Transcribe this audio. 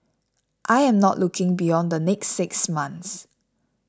I am not looking beyond the next six months